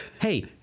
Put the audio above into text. Hey